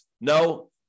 No